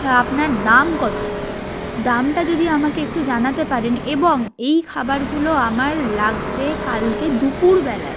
হ্যাঁ আপনার দাম কত দামটা যদি আমাকে একটু জানাতে পারেন এবং এই খাবারগুলো আমার লাগবে কালকে দুপুরবেলায়